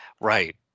Right